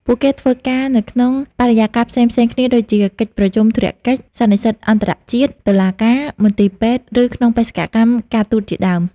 ពួកគេធ្វើការនៅក្នុងបរិយាកាសផ្សេងៗគ្នាដូចជា កិច្ចប្រជុំធុរកិច្ច សន្និសីទអន្តរជាតិ តុលាការ មន្ទីរពេទ្យ ឬក្នុងបេសកកម្មការទូតជាដើម។